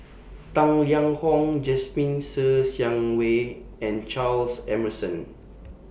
Tang Liang Hong Jasmine Ser Xiang Wei and Charles Emmerson